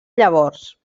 llavors